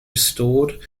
restored